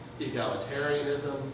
egalitarianism